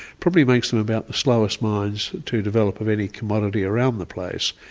probably makes them about the slowest mines to develop of any commodity around the place.